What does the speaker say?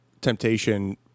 temptation